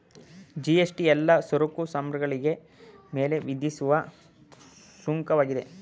GST ಎಲ್ಲಾ ಸರಕು ಸಾಮಗ್ರಿಗಳಿಗೆ ಮೇಲೆ ವಿಧಿಸುವ ಸುಂಕವಾಗಿದೆ